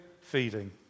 feeding